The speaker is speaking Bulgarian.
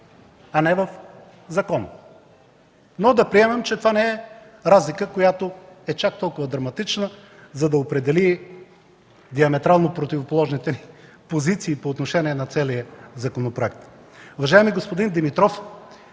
а не в закон. Но, да приемем, че това не е разлика, която е чак толкова драматична, за да определи диаметрално противоположните позиции по отношение на целия законопроект.